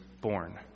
born